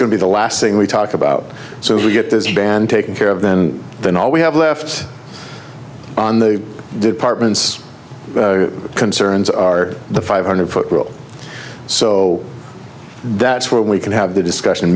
going to be the last thing we talk about so if we get this band taken care of then then all we have left on the department's concerns are the five hundred foot rule so that's where we can have the discussion